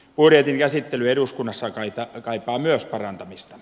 budjetin käsittely eduskunnassa kaipaa myös parantamista